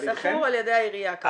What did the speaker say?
שכור על ידי העירייה.